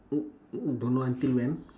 don't know until when